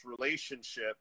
relationship